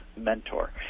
mentor